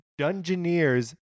Dungeoneers